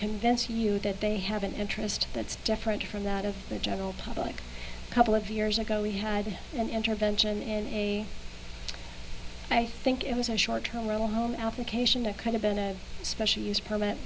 convince you that they have an interest that's different from that of the general public a couple of years ago we had an intervention and i think it was a short term roll home application a kind of been a spe